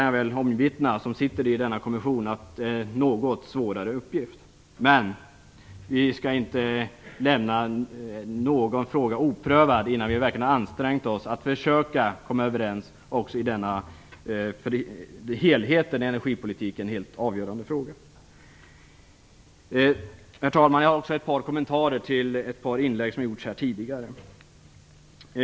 Jag som sitter i denna kommission kan omvittna att det är en något svårare uppgift, men vi skall inte lämna något oprövat och skall verkligen anstränga oss för att försöka komma överens också i denna för helheten i energipolitiken helt avgörande fråga. Herr talman! Jag har också ett par kommentarer till ett par inlägg som gjorts här tidigare.